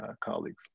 colleagues